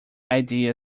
idea